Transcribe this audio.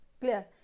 Clear